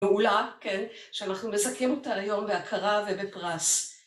פעולה, כן, שאנחנו מזכים אותה היום בהכרה ובפרס.